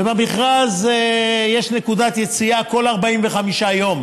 ובמכרז יש נקודת יציאה כל 45 יום.